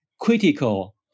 critical